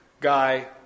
guy